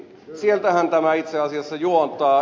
sieltähän tämä itse asiassa juontaa